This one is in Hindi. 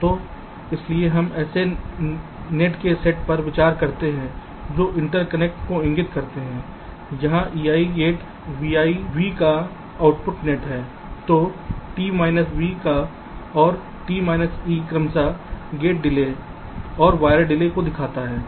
तो इसलिए हम ऐसे नेट के सेट पर विचार करते हैं जो इंटरकनेक्ट को इंगित करते हैं जहां ei गेट v का आउटपुट नेट है और t v का और t e क्रमशः गेट डिले और वायर डिले को दिखाता है